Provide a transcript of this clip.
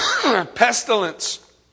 Pestilence